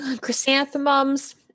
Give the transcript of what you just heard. chrysanthemums